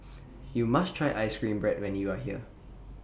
YOU must Try Ice Cream Bread when YOU Are here